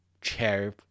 chair